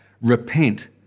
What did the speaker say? Repent